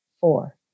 Four